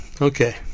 Okay